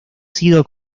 sido